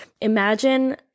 imagine